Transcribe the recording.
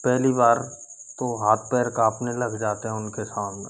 पहली बार तो हाथ पैर कांपने लग जाते हैं उन के सामने